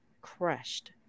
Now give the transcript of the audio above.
crushed